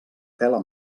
tela